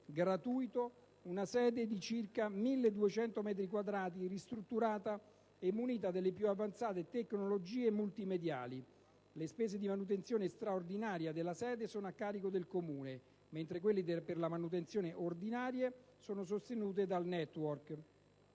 gratuito una sede di circa 1.200 metri quadrati, ristrutturata e munita delle più avanzate tecnologie multimediali. Le spese di manutenzione straordinaria della sede sono a carico del Comune, mentre quelle per la manutenzione ordinaria sono sostenute dal *Network*.